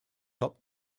top